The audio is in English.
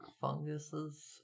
funguses